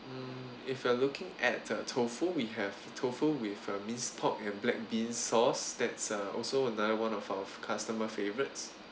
mm if you are looking at the tofu we have tofu with uh minced pork and black bean sauce that's uh also another one of our customer favorites